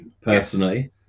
personally